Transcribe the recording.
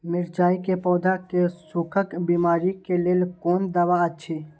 मिरचाई के पौधा के सुखक बिमारी के लेल कोन दवा अछि?